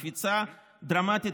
קפיצה דרמטית,